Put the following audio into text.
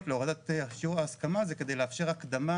להורדת שיעור ההסכמה זה כדי לאפשר הקדמה